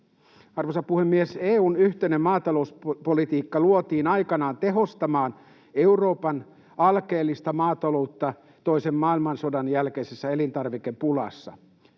Arvoisa puhemies! EU:n yhteinen maatalouspolitiikka luotiin aikanaan tehostamaan Euroopan alkeellista maataloutta toisen maailmansodan jälkeisessä elintarvikepulassa.